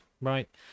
right